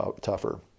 tougher